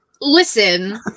Listen